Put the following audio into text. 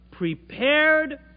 prepared